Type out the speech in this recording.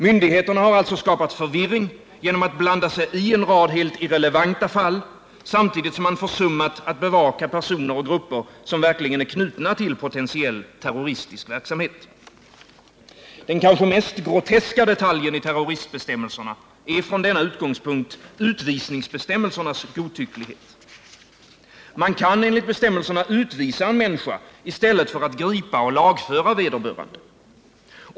Myndigheterna har skapat förvirring genom att blanda sig i en rad helt irrelevanta fall, samtidigt som man försummar att bevaka personer och grupper som verkligen är knutna till potentiell terroristisk verksamhet. Den kanske mest groteska detaljen i terroristbestämmelserna är från denna utgångspunkt utvisningsbestämmelsernas godtycklighet. Man kan utvisa en människa i stället för att gripa och lagföra vederbörande.